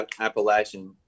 Appalachian